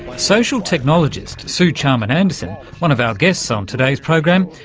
but social technologist suw charman-anderson, one of our guests on today's program,